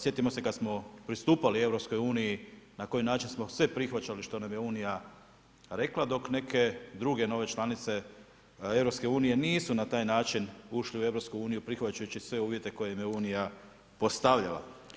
Sjetimo se kada smo pristupali EU, na koji način smo sve prihvaćali što nam je Unija rekla, dok neke druge nove članice EU nisu na taj način ušle u EU, prihvaćajući sve uvjete koje je nam je Unija postavljala.